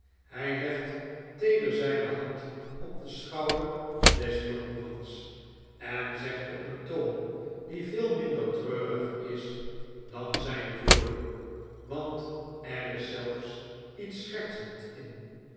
hi legt teeder zyne hand op den schouder des jonkmans en zegt op een toon die veel minder treurig is dan zyne woorden want er is zelfs iets schertsends in